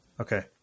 okay